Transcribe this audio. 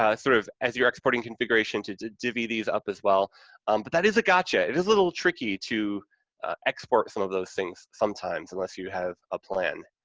ah sort of as you're exporting configuration to to divvy these up as well, but that is a gotcha, it is a little tricky, to export some of those things sometimes, unless you have a plan.